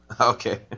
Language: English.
Okay